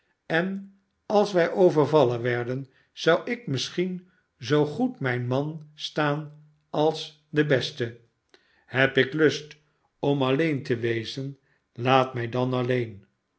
en als wij overvallen werden zou ik misschien zoo goed mijn man staan als de beste heb ik lust om alleen te wezen laat mij dan alleen